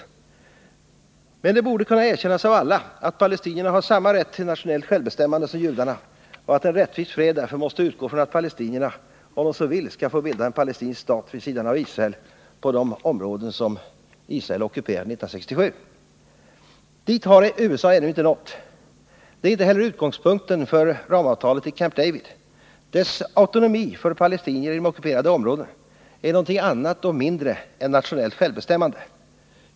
Men det borde Nr 100 kunna erkännas av alla att palestinierna har samma rätt till nationellt Onsdagen den självbestämmande som judarna och att en rättvis fred därför måste utgå från 12 mars 1980 att palestinierna, om de så vill, skall få bilda en palestinsk stat vid sidan av Israel på de områden som Israel ockuperade 1967. Dit har USA ännu inte nått. Det är inte heller utgångspunkten för ramavtalet i Camp David. Dess ”autonomi” för palestinier inom ockuperade områden är någonting annat och mindre än nationellt självbestämmande.